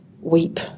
weep